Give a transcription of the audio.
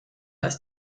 ist